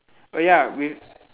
oh ya with